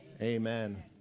Amen